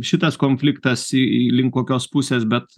šitas konfliktas į į link kokios pusės bet